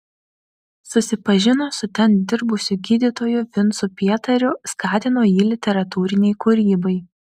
susipažino su ten dirbusiu gydytoju vincu pietariu skatino jį literatūrinei kūrybai